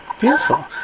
Beautiful